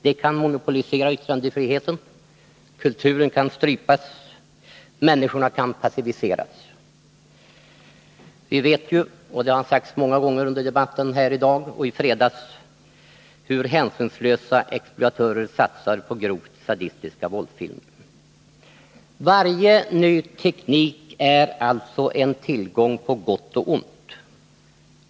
Det kan monopolisera yttrandefriheten, kulturen kan strypas, människorna kan passiviseras. Vi vet — det har sagts många gånger under debatten här i dag och i fredags — att hänsynslösa exploatörer satsar på grovt sadistiska våldsfilmer. Varje ny teknik är alltså en tillgång på gott och ont.